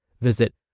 Visit